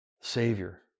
Savior